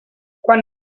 quan